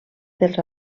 dels